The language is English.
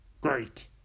great